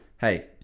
hey